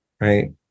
Right